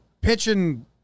pitching